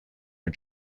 are